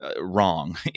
wrong